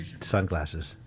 sunglasses